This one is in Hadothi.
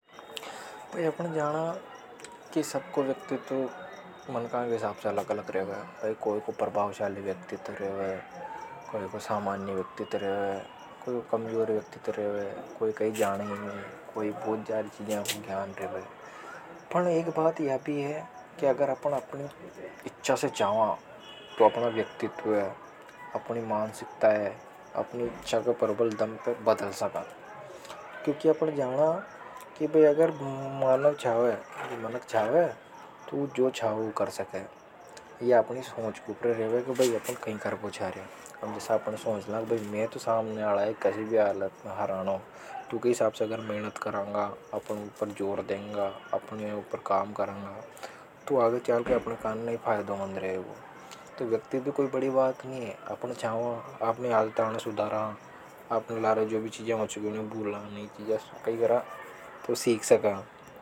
भय अपन जाना की सबको व्यक्तित मनका के हिसाब से अलग अलग रेवे। कोई को प्रभाव शाली व्यक्तित्व रेवे कोई को सामान्य व्यक्तित्व रेवे। कोई को कमजोर व्यक्तित्व रेवे कोई कई जाने ही नि। कोई ये बहुत सारी चीजा को ज्ञान रेवे। पन एक बात या भी है कि अगर अपन अपनी इच्छा से छावां। अपनो व्यक्तित्व है अपने मानसिकता ये। अपनी इच्छा के प्रबल दम पे बदल सका। क्योंकि अपन जाना की अगर बही मानव चावे। मनक चावे तो ऊ जो छांवे ऊ कर सके। या अपनी सोच के ऊपरे रेवे की अपन कई कर्बो छा रिया। जसा की अपन सोच ला की में तो सामने आला हे कसी भी हालत मे हरानो तो ऊके हिसाब से मेहनत करुंगा। अपन उपे जोर देगा ऊके ऊपर काम करंगा। तो आगे चाल के अपने काने ही फायदे मंद रेगो।